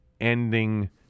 ending